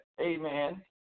amen